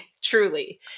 truly